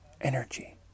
energy